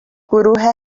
گروه